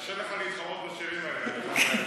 קשה לך להתחרות בשירים האלה.